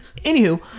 anywho